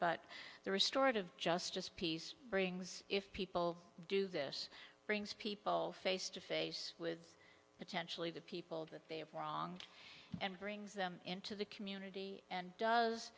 but there is storage of justice peace brings if people do this brings people face to face with potentially the people that they have wronged and brings them into the community and does